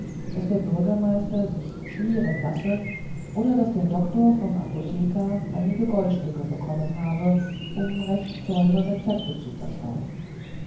daß der bürgermeister sich schmieren lasse oder daß der doktor vom apotheker einige goldstücke bekommen habe um recht teure rezepte zu verschreiben